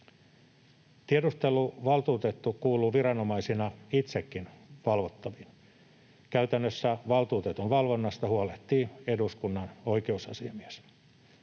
Tiedusteluvaltuutettu kuuluu viranomaisena itsekin valvottaviin. Käytännössä valtuutetun valvonnasta huolehtii eduskunnan oikeusasiamies.